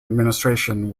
administration